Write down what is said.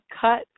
cut